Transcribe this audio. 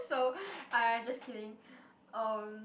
so alright just kidding um